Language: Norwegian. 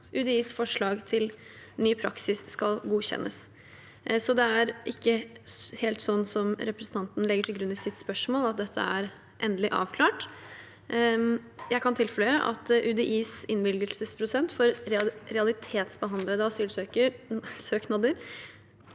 UDIs forslag til ny praksis skal godkjennes. Så det er ikke helt slik som representanten legger til grunn i sitt spørsmål, at dette er endelig avklart. Jeg kan tilføye at UDIs innvilgelsesprosent for realitetsbehandlede asylsaker